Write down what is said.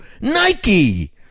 Nike